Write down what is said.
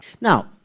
Now